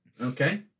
Okay